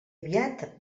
aviat